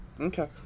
Okay